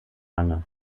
lange